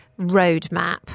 roadmap